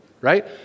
right